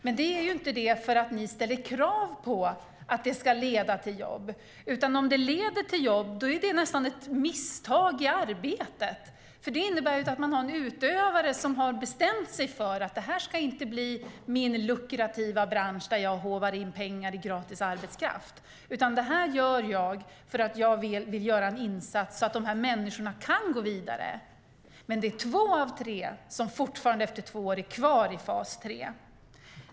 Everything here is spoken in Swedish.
Men det beror inte på att ni ställer krav på att det ska leda till jobb. Om det leder till jobb är det nästan ett misstag i arbetet. Det innebär inte att det finns en utövare som har bestämt sig för att det inte ska bli en lukrativ bransch där det går att håva in pengar i gratis arbetskraft i stället för att göra en insats så att dessa människor kan gå vidare. Två av tre människor är efter två år fortfarande kvar i fas 3.